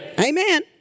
Amen